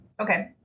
Okay